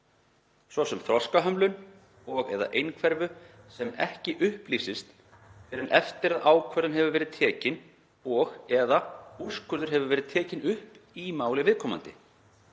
s.s. þroskahömlun og/eða einhverfu sem ekki upplýsist um fyrr en eftir að ákvörðun hefur verið tekin og/eða úrskurður hefur verið kveðinn upp í máli viðkomandi.